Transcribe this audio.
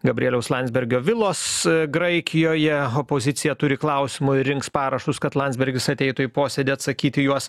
gabrieliaus landsbergio vilos graikijoje opozicija turi klausimui ir rinks parašus kad landsbergis ateitų į posėdį atsakyti į juos